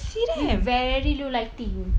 in very low lighting